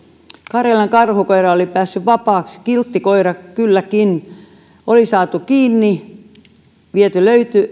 karjalankarhukoira oli päässyt vapaaksi kiltti koira kylläkin oli saatu kiinni viety